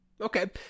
Okay